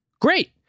Great